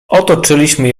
otoczyliśmy